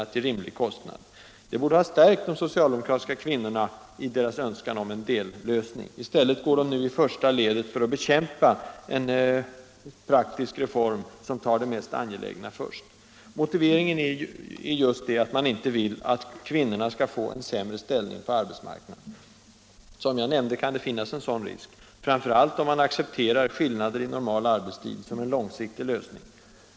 Det är precis som hittills för tio femton år cialdemokratiska kvinnorna i deras önskan om en dellösning, men i stället går de nu i första ledet för att bekämpa en praktisk reform, som tar det mest angelägna först. Motiveringen är just att man inte vill att kvinnorna skall få en sämre ställning på arbetsmarknaden. Som jag nämnde kan det finnas en sådan risk, framför allt om man accepterar skillnader i normal arbetstid som en långsiktig lösning.